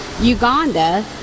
Uganda